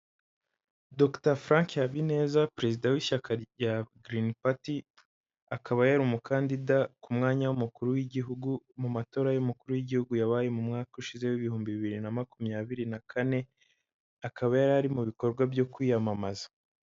Dr Frank Habineza perezida w'ishyaka rya Green Party, akaba yari umukandida ku mwanya w'umukuru w'igihugu mu matora y'umukuru w'igihugu yabaye mu mwaka ushize w ibihumbi bibiri na makumyabiri na kane, akaba yari ari mu bikorwa byo kwiyamamaza.